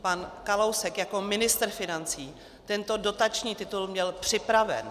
Pan Kalousek jako ministr financí tento dotační titul měl připraven.